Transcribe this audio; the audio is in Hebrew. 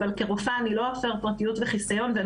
אבל כרופאה אני לא אפר פרטיות וחיסיון ואני